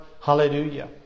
Hallelujah